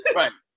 right